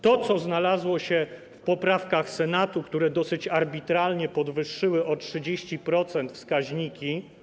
To, co znalazło się w poprawkach Senatu, które dosyć arbitralnie podwyższyły o 30% wskaźniki.